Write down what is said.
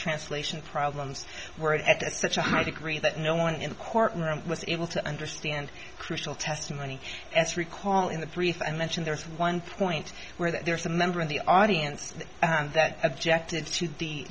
translation problems were at such a high degree that no one in the courtroom was able to understand crucial testimony as recall in the three thousand mentioned there's one point where there's a member of the audience that objected to the